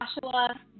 Joshua